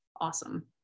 awesome